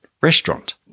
restaurant